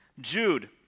Jude